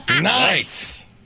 Nice